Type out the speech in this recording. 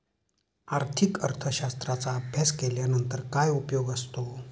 आर्थिक अर्थशास्त्राचा अभ्यास केल्यानंतर काय उपयोग असतो?